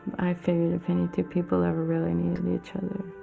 i figured if any two people ever really needed each other